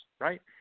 right